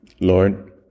Lord